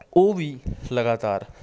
ਉਹ ਵੀ ਲਗਾਤਾਰ